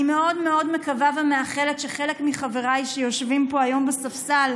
אני מאוד מאוד מקווה ומאחלת שחלק מחבריי שיושבים פה היום על הספסל